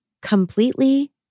completely